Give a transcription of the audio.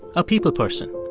a people person.